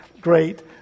great